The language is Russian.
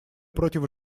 против